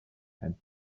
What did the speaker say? and